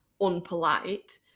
unpolite